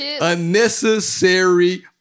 Unnecessary